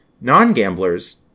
Non-gamblers